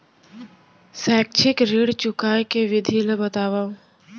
शैक्षिक ऋण चुकाए के विधि ला बतावव